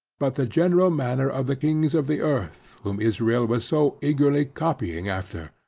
but the general manner of the kings of the earth, whom israel was so eagerly copying after.